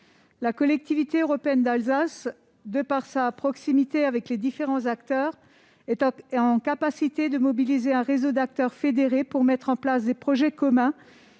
La Collectivité européenne d'Alsace, de par sa proximité avec les différents acteurs, est en capacité de mobiliser un réseau d'acteurs fédérés pour mettre en place des projets communs